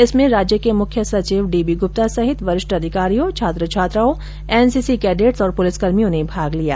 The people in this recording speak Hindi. इसमें राज्य के मुख्य संचिव डी बी गुप्ता सहित वरिष्ठ अधिकारियों छात्र छात्राओं एनसीसी कैडेट्स और पुलिसकर्मियों ने भाग लिया